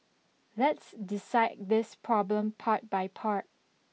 let's decide this problem part by part